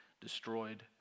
destroyed